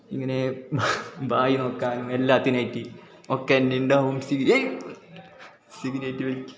ഇങ്ങനേ വായി നോക്കാൻ എല്ലാത്തിനായിട്ട് ഒക്കെന്നെ ഉണ്ടാകും സിഗരറ്റ് വലിക്ക